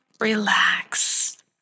relax